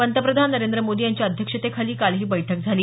पंतप्रधान नरेंद्र मोदी यांच्या अध्यक्षतेखाली काल ही बैठक झाली